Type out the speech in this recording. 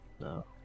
No